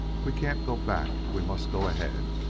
we can't go back we must go ahead.